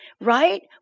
right